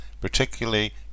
particularly